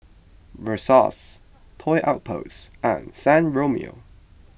Versace Toy Outpost and San Remo